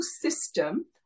system